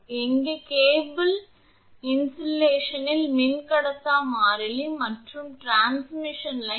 எங்கே cable என்பது cable இன்சுலேஷனின் மின்கடத்தா மாறிலி மற்றும் என்பது டிரான்ஸ்மிஷன் லைன் 8